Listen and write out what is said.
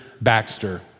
Baxter